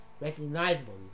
recognizable